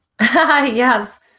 Yes